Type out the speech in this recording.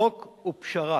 חוק הוא פשרה.